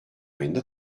ayında